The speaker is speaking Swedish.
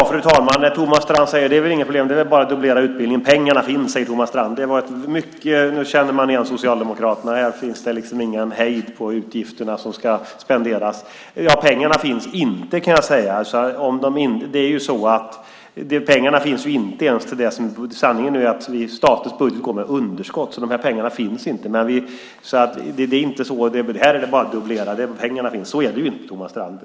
Fru talman! Thomas Strand säger att det inte är några problem att dubblera utbildningen. Pengarna finns, säger han. Nu känner man igen Socialdemokraterna. Där finns det ingen hejd på de pengar som ska spenderas! Pengarna finns inte. Sanningen är den att statens budget går med underskott, så dessa pengar finns inte. Det är inte bara att dubblera här, och det vet Thomas Strand.